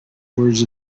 words